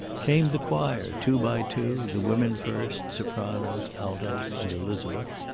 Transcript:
came the choir, two by two, the women first, sopranos, altos and elizabeth.